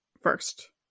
first